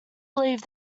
believe